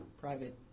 private